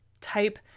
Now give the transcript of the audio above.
type